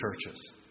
churches